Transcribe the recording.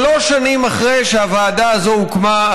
שלוש שנים אחרי שהוועדה הזאת הוקמה,